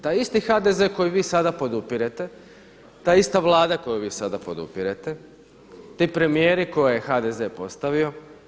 Taj isti HDZ koji vi sada podupirete, ta ista Vlada koju vi sada podupirete, ti premijeri koje je HDZ postavio.